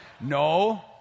No